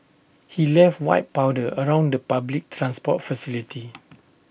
he left white powder around the public transport facility